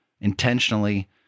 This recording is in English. intentionally